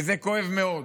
וזה כואב מאוד.